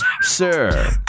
Sir